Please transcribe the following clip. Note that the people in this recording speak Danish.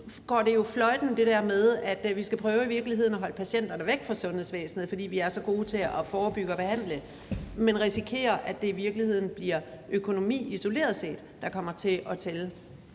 går det jo fløjten, at vi i virkeligheden skal prøve at holde patienterne væk fra sundhedsvæsenet, fordi vi er så gode til at forebygge og behandle, og vi risikerer, at det i virkeligheden bliver økonomi isoleret set, der kommer til at tælle.